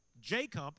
jacob